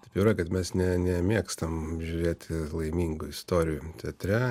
taip jau yra kad mes ne nemėgstam žiūrėti laimingų istorijų teatre